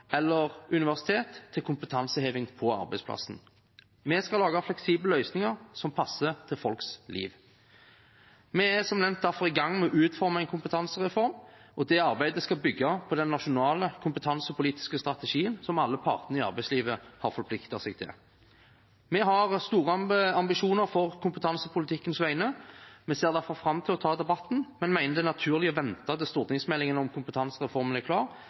eller universiteter til kompetanseheving på arbeidsplassen. Vi skal lage fleksible løsninger som passer til folks liv. Vi er som nevnt derfor i gang med å utforme en kompetansereform, og det arbeidet skal bygge på den nasjonale kompetansepolitiske strategien som alle partene i arbeidslivet har forpliktet seg til. Vi har store ambisjoner på kompetansepolitikkens vegne. Vi ser i hvert fall fram til å ta debatten, men mener det er naturlig å vente til stortingsmeldingen om kompetansereformen er klar,